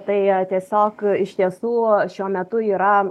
tai tiesiog iš tiesų šiuo metu yra